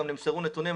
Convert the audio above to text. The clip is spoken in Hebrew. גם נמסרו נתונים.